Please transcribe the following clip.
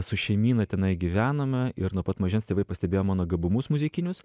su šeimyna tenai gyvenome ir nuo pat mažens tėvai pastebėjo mano gabumus muzikinius